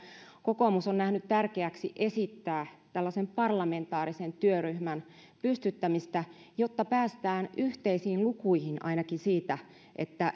kokoomus on nähnyt tärkeäksi esittää tällaisen parlamentaarisen työryhmän pystyttämistä jotta päästään yhteisiin lukuihin ainakin siitä